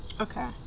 Okay